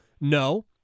No